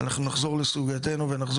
אנחנו נחזור לסוגייתנו ואנחנו נחזור